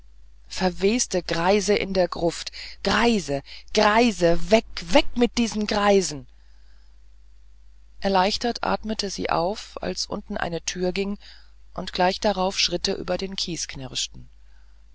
verweste greise in der gruft greise greise weg weg mit diesen greisen erleichtert atmete sie auf als unten eine türe ging und gleich darauf schritte über den kies knirschten